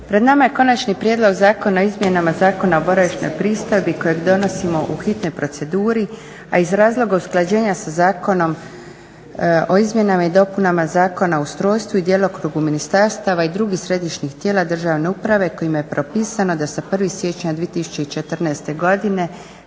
Pred nama je Konačni prijedlog zakona o izmjenama Zakona o boravišnoj pristojbi kojeg donosimo u hitnoj proceduri a iz razloga usklađenja sa Zakonom o izmjenama i dopunama Zakona o ustrojstvu i djelokrugu ministarstava i drugih središnjih tijela državne uprave kojima je propisano da sa 1. siječnja 2014. godine